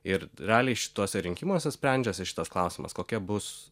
ir raliai šituose rinkimuose sprendžiasi šitas klausimas kokia bus